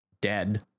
dead